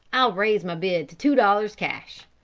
i'll raise my bid to two dollars cash.